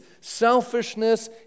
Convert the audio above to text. selfishness